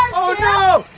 oh no!